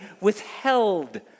withheld